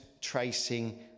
tracing